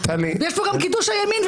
ויש פה גם קידוש הימין,